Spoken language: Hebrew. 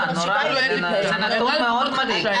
זה נתון מאוד מדאיג.